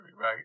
right